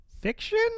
fiction